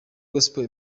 gospel